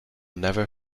never